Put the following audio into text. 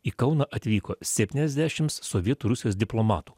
į kauną atvyko septyniasdešimts sovietų rusijos diplomatų